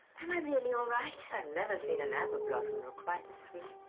and i really all right? i've never seen an apple blossom look quite as sweet.